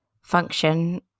function